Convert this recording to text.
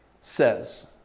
says